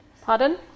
Pardon